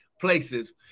places